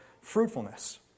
fruitfulness